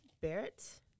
Barrett